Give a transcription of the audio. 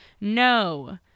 No